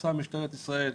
שעושה משטרת ישראל,